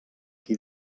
qui